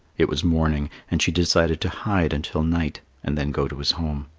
it was morning, and she decided to hide until night, and then go to his home.